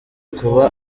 kuba